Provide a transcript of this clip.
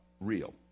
real